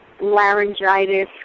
laryngitis